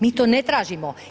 Mi to ne tražimo.